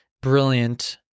brilliant